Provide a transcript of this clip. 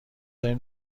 داریم